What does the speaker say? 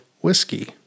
whiskey